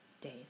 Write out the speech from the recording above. days